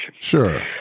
sure